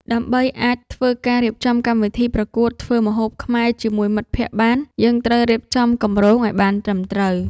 ដើម្បីអាចធ្វើការរៀបចំកម្មវិធីប្រកួតធ្វើម្ហូបខ្មែរជាមួយមិត្តភក្តិបាន យើងត្រូវរៀបចំគម្រោងឲ្យបានត្រឹមត្រូវ។